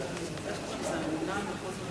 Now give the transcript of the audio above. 2 נתקבלו.